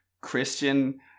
Christian